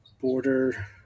border